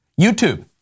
YouTube